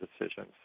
decisions